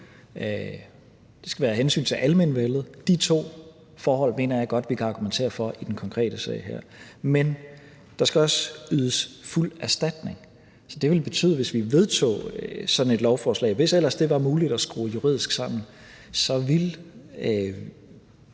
Det skal være af hensyn til almenvellet. De to forhold mener jeg godt vi kan argumentere for i den konkrete sag her. Men der skal som punkt 3 også ydes fuld erstatning. Så det ville betyde, at hvis vi vedtog sådan et lovforslag, hvis ellers det var muligt at skrue det juridisk sammen, ville